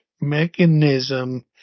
mechanism